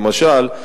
למשל,